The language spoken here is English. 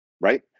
right